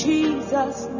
Jesus